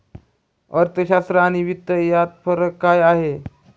अर्थशास्त्र आणि वित्त यात काय फरक आहे